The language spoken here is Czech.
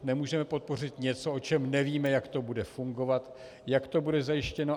Nemůžeme podpořit něco, o čem nevíme, jak to bude fungovat, jak to bude zajištěno.